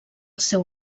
seu